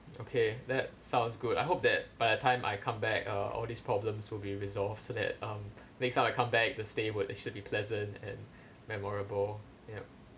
okay that sounds good I hope that by the time I come back uh all these problems will be resolved so that um next time I come back the stay would actually pleasant and memorable yup